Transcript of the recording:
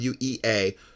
WEA